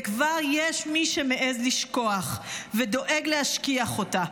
וכבר יש מי שמעז לשכוח ודואג להשכיח אותה.